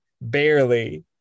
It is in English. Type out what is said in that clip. barely